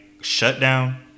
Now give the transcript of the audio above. shutdown